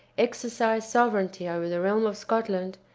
exercised sovereignty over the realm of scotland,